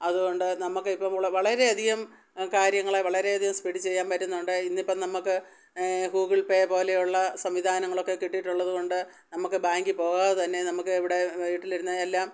അതുകൊണ്ട് നമുക്ക് ഇപ്പം വളരെയധികം കാര്യങ്ങൾ വളരെയധികം സ്പീഡിൽ ചെയ്യാൻ പറ്റുന്നുണ്ട് ഇന്ന് ഇപ്പം നമുക്ക് ഗൂഗിൾ പേ പോലെയുള്ള സംവിധാനങ്ങളിലൊക്കെ കിട്ടിയിട്ടുള്ളതു കൊണ്ട് നമുക്ക് ബാങ്കിൽ പോകാതെ തന്നെ നമുക്ക് ഇവിടെ വീട്ടിലിരുന്ന് എല്ലാം